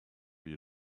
you